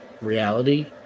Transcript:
reality